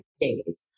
days